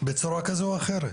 בצורה כזאת או אחרת.